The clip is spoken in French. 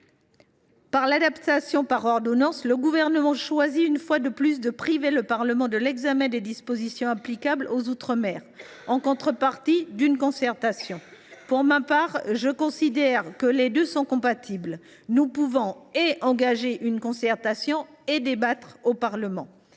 avec l’adaptation par ordonnances, le Gouvernement choisit une fois de plus de priver le Parlement de l’examen des dispositions applicables aux outre mer, en contrepartie d’une concertation. Pour ma part, je considère que les deux sont compatibles : nous pouvons et engager une concertation et débattre au Parlement.